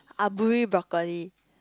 Aburi broccoli